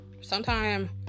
sometime